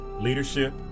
leadership